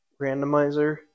randomizer